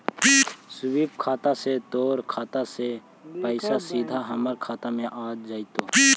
स्वीप खाता से तोर खाता से पइसा सीधा हमर खाता में आ जतउ